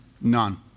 none